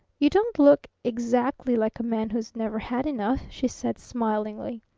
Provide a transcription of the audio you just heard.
you don't look exactly like a man who's never had enough, she said smilingly.